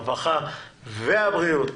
הרווחה והבריאות